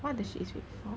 what the shit is week four